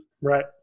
Right